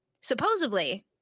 supposedly